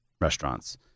restaurants